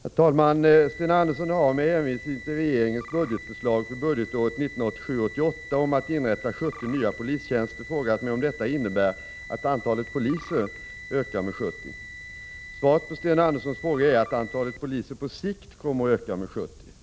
Herr talman! Sten Andersson i Malmö har, med hänvisning till regeringens budgetförslag för budgetåret 1987/88 om att inrätta 70 nya polistjänster, frågat mig om detta innebär att antalet poliser ökar med 70. Svaret på Sten Anderssons fråga är att antalet poliser på sikt kommer att öka med 70.